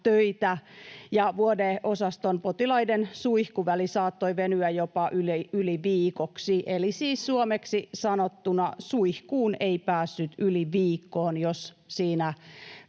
ja vuodeosaston potilaiden suihkuväli saattoi venyä jopa yli viikoksi. Eli siis suomeksi sanottuna suihkuun ei päässyt yli viikkoon, jos siinä